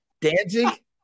Danzig